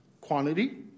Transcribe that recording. quantity